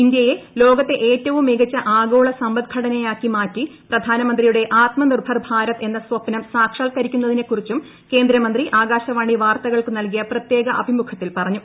ഇന്ത്യയെ ലോകത്തെ ഏറ്റവും മികച്ച ആഗോള സമ്പദ്ഘടനയാക്കി മാറ്റി പ്രധാനമന്ത്രിയുടെ ആത്മനിർഭർ ഭാരത് എന്ന സ്വപ്നം സാക്ഷാൽക്കരിക്കുന്നതിനെക്കുറിച്ചും കേന്ദ്രമന്ത്രി ആകാശ വാണി വാർത്തകൾക്കു നൽകിയ പ്രത്യേക അഭിമുഖത്തിൽ പറഞ്ഞു